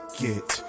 get